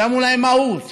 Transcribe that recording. ושמו להם מהות